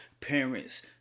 parents